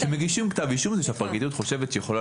כשמגישים כתב אישום זה כשהפרקליטות חושבת שהיא יכולה